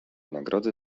nagrody